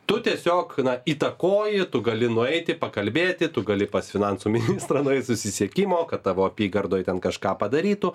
tu tiesiog įtakoji tu gali nueiti pakalbėti tu gali pas finansų ministrą nueit susisiekimo kad tavo apygardoj ten kažką padarytų